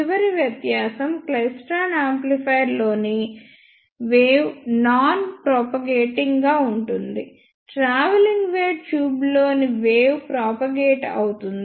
చివరి వ్యత్యాసం క్లైస్ట్రాన్ యాంప్లిఫైయర్లోని వేవ్ నాన్ ప్రొపగేటింగ్ గా ఉంటుంది ట్రావెలింగ్ వేవ్ ట్యూబ్లోని వేవ్ ప్రొపగేట్ అవుతుంది